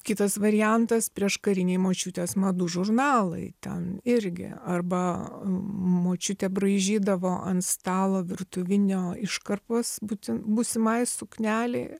kitas variantas prieškariniai močiutės madų žurnalai ten irgi arba močiutė braižydavo ant stalo virtuvinio iškarpas būtin būsimai suknelei